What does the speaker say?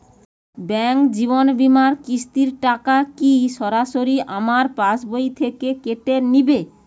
Bank জীবন বিমার কিস্তির টাকা কি সরাসরি আমার পাশ বই থেকে কেটে নিবে?